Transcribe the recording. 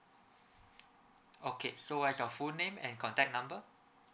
okay so what's your full name and contact number